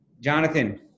Jonathan